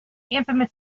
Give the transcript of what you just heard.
infamous